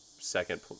second